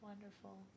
wonderful